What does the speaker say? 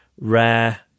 rare